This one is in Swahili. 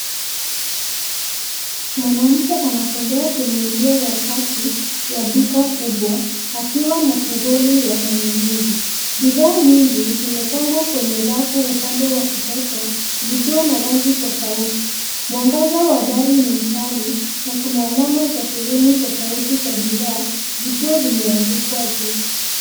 Mwanamke anatembea kwenye njia ya kati, ya duka kiubwa, akiwa na toroli ya manunuzi, bidhaa nyingi zimepangwa kwenye rafu upande wa kushoto, zikiwa na rangi tofauti, mwangaza wa dari ni mkali, na kuna alama za sehemu tofauti za bidhaa, zikiwa zimeandikwa juu.